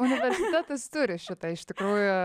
universitetas turi šitą iš tikrųjų